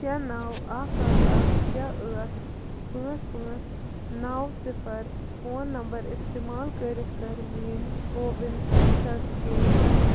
شےٚ نَو اَکھ اَکھ اَکھ شےٚ ٲٹھ پٲنٛژھ پٲنٛژھ نَو صِفَر فون نمبر اِستعمال کٔرِتھ کَر میٛٲنۍ کووِن سیٹِفِکیٹ حٲصِل